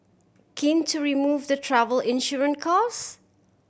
keen to remove the travel insurance cost